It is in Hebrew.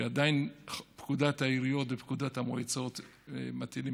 עדיין פקודת העיריות ופקודת המועצות מטילות